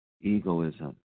egoism